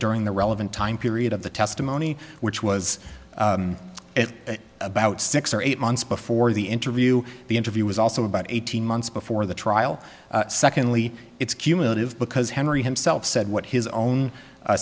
during the relevant time period of the testimony which was at about six or eight months before the interview the interview was also about eighteen months before the trial secondly it's cumulative because henry himself said what his own